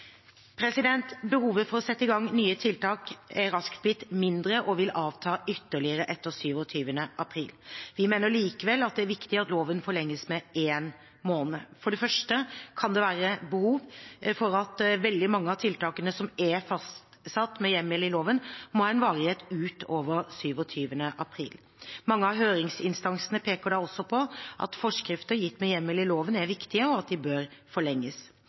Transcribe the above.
Behovet for å sette i gang nye tiltak er raskt blitt mindre og vil avta ytterligere etter 27. april. Vi mener likevel det er viktig at loven forlenges med én måned. For det første kan det være behov for at veldig mange av tiltakene som er fastsatt med hjemmel i loven, må ha en varighet utover 27. april. Mange av høringsinstansene peker da også på at forskrifter gitt med hjemmel i loven, er viktige, og at de bør forlenges.